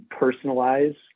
personalize